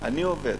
אני עובד,